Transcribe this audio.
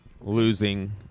losing